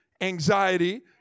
anxiety